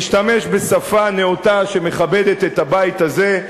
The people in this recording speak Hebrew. להשתמש בשפה נאותה שמכבדת את הבית הזה,